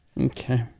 Okay